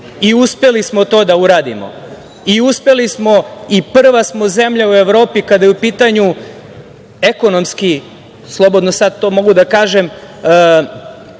sektoru. Uspeli smo to da uradimo. Uspeli smo i prva smo zemlja u Evropi kada je u pitanju, slobodno sad to mogu da kažem,